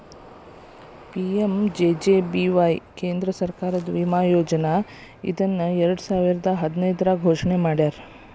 PMJJBY ಕೇಂದ್ರ ಸರ್ಕಾರದ ವಿಮಾ ಯೋಜನೆ ಇದನ್ನ ಎರಡುಸಾವಿರದ್ ಹದಿನೈದ್ರಾಗ್ ಘೋಷಣೆ ಮಾಡ್ಯಾರ